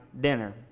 dinner